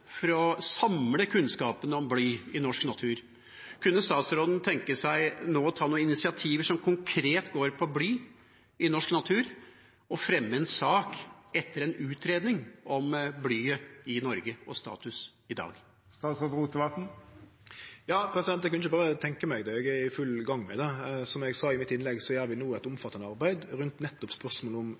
for å samle kunnskapen om bly i norsk natur. Kunne statsråden tenke seg nå å ta noen initiativer som konkret går på bly i norsk natur, og fremme en sak etter en utredning om blyet i Norge og status i dag? Eg kunne ikkje berre tenkje meg det, eg er i full gang med det. Som eg sa i mitt innlegg, gjer vi no eit omfattande arbeid rundt nettopp spørsmålet om